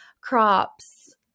crops